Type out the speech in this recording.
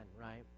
right